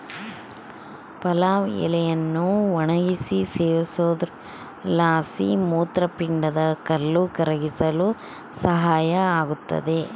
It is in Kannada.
ಪಲಾವ್ ಎಲೆಯನ್ನು ಒಣಗಿಸಿ ಸೇವಿಸೋದ್ರಲಾಸಿ ಮೂತ್ರಪಿಂಡದ ಕಲ್ಲು ಕರಗಿಸಲು ಸಹಾಯ ಆಗುತ್ತದೆ